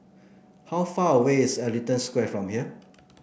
how far away is Ellington Square from here